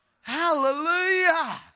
Hallelujah